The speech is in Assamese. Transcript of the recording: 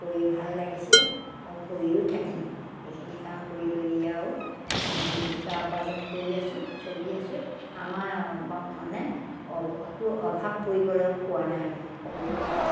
কৰি ভাল লাগিছে আৰু কৰিও থাকিম সেইখিনি কাম কৰি কৰি আৰু আমি জীৱিকা উপাৰ্জন কৰি আছোঁ চলি আছোঁ আমাৰ মানে অ একো অভাৱ পৰিবলৈ হোৱা নাই আমি সকলো ফালে